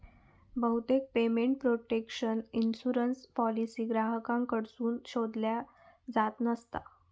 बहुतेक payment protection insurance policy ग्राहकांकडसून शोधल्यो जात नसता